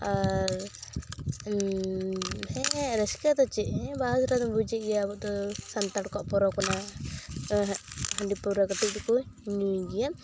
ᱟᱨ ᱦᱮᱸ ᱨᱟᱹᱥᱠᱟᱹᱫᱚ ᱪᱮᱫ ᱦᱮᱸ ᱵᱟᱦᱟ ᱥᱚᱦᱨᱟᱭ ᱫᱚ ᱵᱩᱡᱮᱫ ᱜᱮᱭᱟᱢ ᱟᱵᱚᱫᱚ ᱥᱟᱱᱛᱟᱲ ᱠᱚᱣᱟᱜ ᱯᱚᱨᱚᱵᱽ ᱠᱟᱱᱟ ᱦᱟᱺᱰᱤ ᱯᱟᱹᱣᱨᱟᱹ ᱠᱟᱹᱴᱤᱡ ᱫᱚᱠᱚ ᱧᱩᱭ ᱜᱮᱭᱟ